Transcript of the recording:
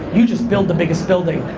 you just build the biggest building.